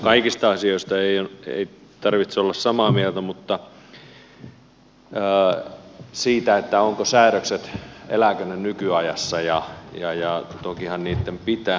kaikista asioista ei tarvitse olla samaa mieltä mutta siitä elävätkö säädökset nykyajassa tokihan niitten pitää